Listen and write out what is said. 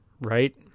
right